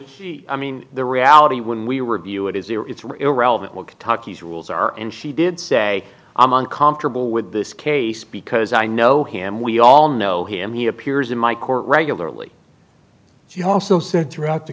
she i mean the reality when we were of you it is there it's were irrelevant like tuckey's rules are and she did say i'm uncomfortable with this case because i know him we all know him he appears in my court regularly she also said throughout the